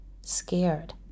scared